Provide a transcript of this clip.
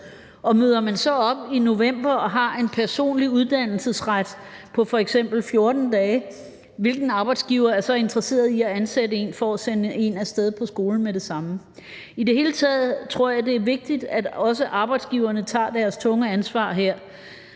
og møder man så op i november og har en personlig uddannelsesret på f.eks. 14 dage, hvilken arbejdsgiver er så interesseret i at ansætte en for at sende en af sted på skole med det samme? I det hele taget tror jeg, det er vigtigt, at også arbejdsgiverne tager deres tunge ansvar her.